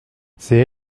c’est